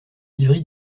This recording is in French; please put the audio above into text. livré